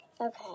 Okay